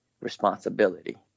responsibility